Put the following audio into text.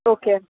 okay